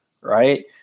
right